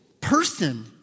person